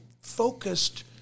focused